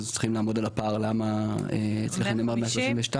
אז צריכים לעמוד על הפער למה אצלכם נאמר 132?